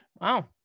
wow